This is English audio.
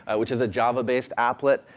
which is a java-based applet,